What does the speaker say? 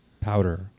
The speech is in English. powder